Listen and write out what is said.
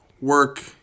work